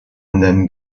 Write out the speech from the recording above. then